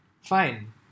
fine